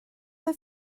oedd